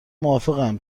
موافقم